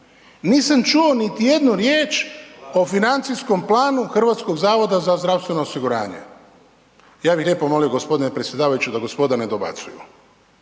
nisam čuo niti jednu riječ o financijskom planu HZZO-a. Ja bih lijepo molio gospodine predsjedavajući da gospoda ne dobacuju